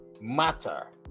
matter